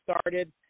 started